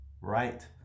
right